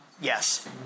Yes